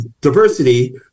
diversity